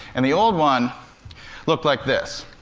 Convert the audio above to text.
and the old one looked like this.